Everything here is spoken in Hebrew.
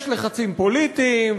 יש לחצים פוליטיים,